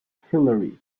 hillary